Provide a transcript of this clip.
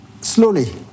Slowly